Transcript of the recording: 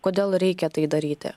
kodėl reikia tai daryti